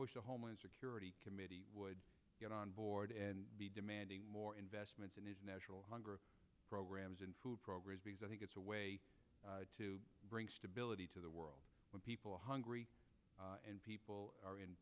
wish the homeland security committee would get on board and be demanding more for investments in these natural hunger programs and food programs because i think it's a way to bring stability to the world when people are hungry and people are in